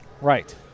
Right